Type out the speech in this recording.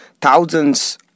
thousands